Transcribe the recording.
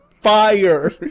fire